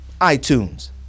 iTunes